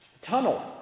Tunnel